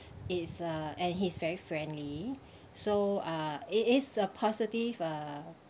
is a and he's very friendly so uh it is a positive uh